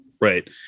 Right